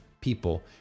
people